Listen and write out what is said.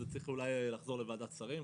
אז זה צריך אולי לחזור לוועדת שרים,